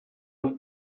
los